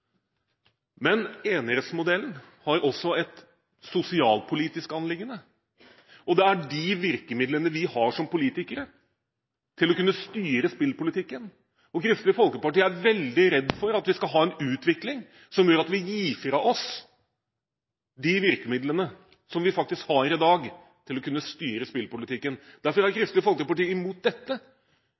Men enerettsmodellen har også et sosialpolitisk anliggende, og det er de virkemidlene vi har som politikere til å kunne styre spillpolitikken. Kristelig Folkeparti er veldig redd for at vi skal få en utvikling som gjør at vi gir fra oss de virkemidlene som vi faktisk har i dag, til å kunne styre spillpolitikken. Derfor er Kristelig Folkeparti imot dette.